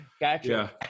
gotcha